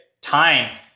time